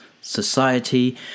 society